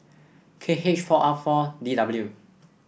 K H four R four D W